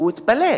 הוא התפלא,